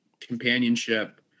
companionship